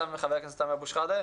סמי אבו שחאדה,